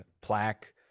plaque